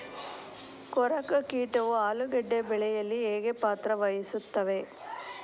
ಕೊರಕ ಕೀಟವು ಆಲೂಗೆಡ್ಡೆ ಬೆಳೆಯಲ್ಲಿ ಹೇಗೆ ಪಾತ್ರ ವಹಿಸುತ್ತವೆ?